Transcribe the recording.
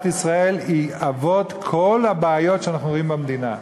ישראל היא אבי כל הבעיות שאנחנו רואים במדינה.